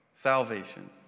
Salvation